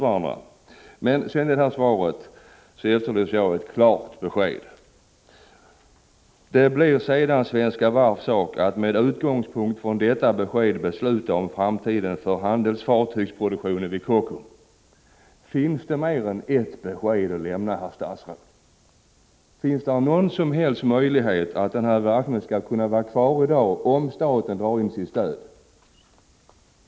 I svaret finns något som föranleder mig att efterlysa ett klart besked: ”Det blir sedan Svenska Varvs sak att, med utgångspunkt från detta besked, besluta om framtiden för handelsfartygsproduktionen vid Kockums.” Finns det mer än ett besked att lämna, herr statsråd? Var det inte ganska onödigt att sätta in den här meningen i svaret?